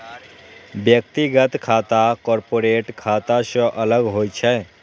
व्यक्तिगत खाता कॉरपोरेट खाता सं अलग होइ छै